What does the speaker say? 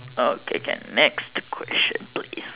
okay can next question please